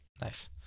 Nice